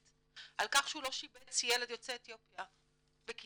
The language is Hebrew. על כך שהוא לא שיבץ ילד יוצא אתיופיה בכיתה,